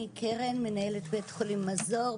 אני קרן מנהלת בי"ח "מזור",